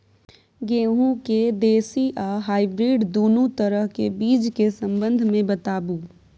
गेहूँ के देसी आ हाइब्रिड दुनू तरह के बीज के संबंध मे बताबू?